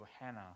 Hannah